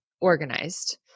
organized